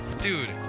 Dude